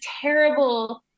terrible